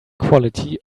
quality